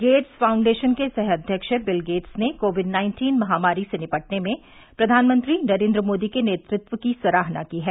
gets Foundation के सह अध्यक्ष बिल गेट्स ने कोविड नाइन्टीन महामारी से निपटने में प्रधानमंत्री नरेंद्र मोदी के नेतृत्व की सराहना की है